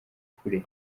kure